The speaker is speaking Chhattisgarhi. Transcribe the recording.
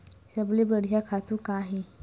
सबले बढ़िया खातु का हे?